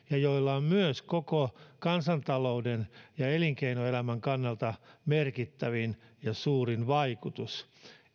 ja joilla on myös koko kansantalouden ja elinkeinoelämän kannalta merkittävin ja suurin vaikutus